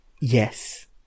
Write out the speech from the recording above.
yes